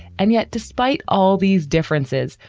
and yet, despite all these differences,